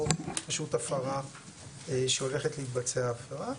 או פשוט הפרה שהולכת להתבצע הפרה.